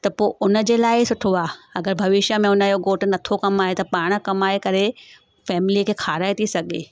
त पोइ हुन जे लाइ सुठो आहे अगरि भविष्य में हुन जो घोट न थो कमाए त पाणि कमाए करे फ़ैमिली खे खाराए थी सघे